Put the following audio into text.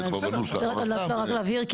אני רוצה רק להבהיר,